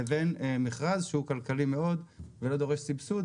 לבין מכרז שהוא כלכלי מאוד ולא דורש סבסוד,